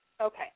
Okay